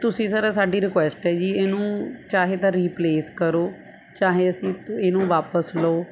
ਤੁਸੀਂ ਸਰ ਸਾਡੀ ਰਿਕੁਐਸਟ ਹੈ ਜੀ ਇਹਨੂੰ ਚਾਹੇ ਤਾਂ ਰੀਪਲੇਸ ਕਰੋ ਚਾਹੇ ਅਸੀਂ ਇਹਨੂੰ ਵਾਪਸ ਲਓ